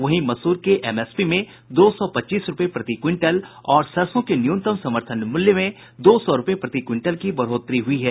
वहीं मसूर के एमएसपी में दो सौ पच्चीस रूपये प्रति क्विंटल और सरसों के न्यूनतम समर्थन मूल्य में दो सौ रूपये प्रति क्विंटल की बढ़ोतरी हुई है